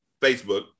Facebook